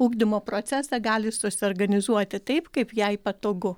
ugdymo procesą gali susiorganizuoti taip kaip jai patogu